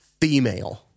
female